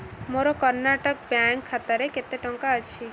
ମୋର କର୍ଣ୍ଣାଟକ ବ୍ୟାଙ୍କ ଖାତାରେ କେତେ ଟଙ୍କା ଅଛି